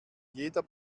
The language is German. jeder